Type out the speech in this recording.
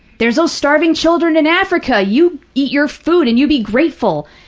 there's those starving children in africa, you eat your food and you be grateful.